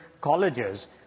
colleges